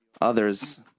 others